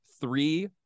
three